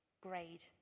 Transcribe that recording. grade